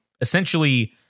essentially